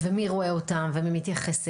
ומי רואה אותם ומי מתייחס אליהם?